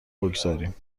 بگذاریم